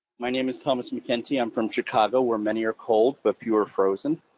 my name is thomas macentee, i'm from chicago, where many are cold but few are frozen.